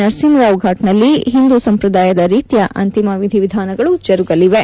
ನರಸಿಂಹರಾವ್ ಫೂಟ್ ನಲ್ಲಿ ಹಿಂದೂ ಸಂಪ್ರದಾಯದ ರೀತ್ಯ ಅಂತಿಮ ವಿಧಿ ವಿಧಾನಗಳು ಜರುಗಲಿವೆ